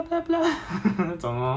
ya ya enemy